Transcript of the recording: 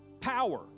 power